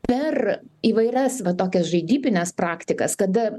per įvairias va tokias žaidybines praktikas kada